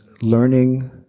learning